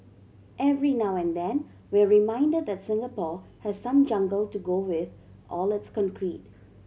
every now and then we're reminded that Singapore has some jungle to go with all its concrete